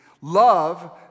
Love